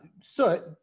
soot